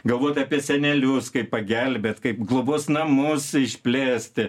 galvot apie senelius kaip pagelbėt kaip globos namus išplėsti